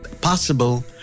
possible